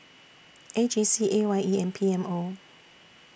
A G C A Y E and P M O